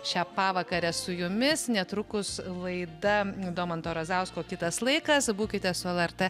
šią pavakarę su jumis netrukus laida domanto razausko kitas laikas būkite su lrt